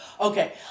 Okay